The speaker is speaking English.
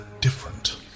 different